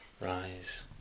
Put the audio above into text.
Rise